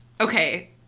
Okay